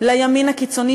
לימין הקיצוני,